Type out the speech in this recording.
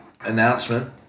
announcement